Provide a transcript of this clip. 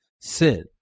sin